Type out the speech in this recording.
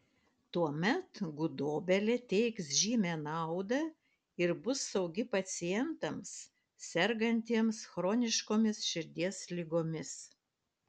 tuomet gudobelė teiks žymią naudą ir bus saugi pacientams sergantiems chroniškomis širdies ligomis